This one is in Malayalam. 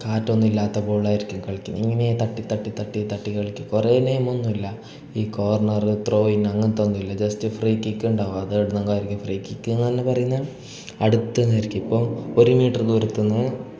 കാറ്റൊന്നും ഇല്ലാത്ത ബോളായിരിക്കും കളിക്കുന്നത് ഇങ്ങനേ തട്ടി തട്ടി തട്ടി തട്ടി കളിക്കും കുറേ നേരമൊന്നുമില്ല ഈ കോർണർ ത്രോയിങ്ങ് അങ്ങനത്തെ ഒന്നുമില്ല ജസ്റ്റ് ഫ്രീ കിക്ക് ഉണ്ടാകും അതേ എവിടെന്നങ്കും ആയിരിക്കും ഫ്രീ കിക്കെന്ന് അല്ല പറയുന്നത് അടുത്തു നിന്നായിരിക്കും ഇപ്പം ഒരു മീറ്റർ ദൂരത്തു നിന്ന്